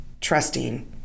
trusting